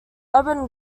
urban